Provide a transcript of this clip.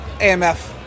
AMF